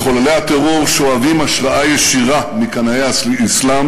מחוללי הטרור שואבים השראה ישירה מקנאי האסלאם